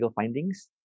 findings